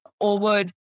over